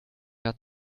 hat